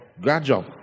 Gradual